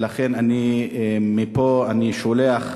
ולכן מפה אני שולח